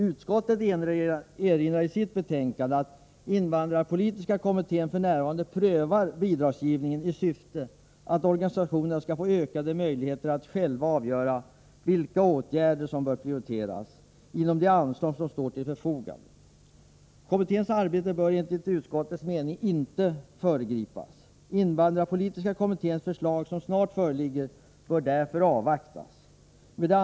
Utskottet erinrar i sitt betänkande om att invandrarpolitiska kommittén f.n. prövar bidragsgivningen i syfte att ge organisationerna ökade möjligheter att själva avgöra vilka åtgärder som bör prioriteras inom ramen för de anslag som står till förfogande. Kommitténs arbete bör enligt utskottets mening inte föregripas. Invandrarpolitiska kommitténs förslag, som snart föreligger, bör därför avvaktas.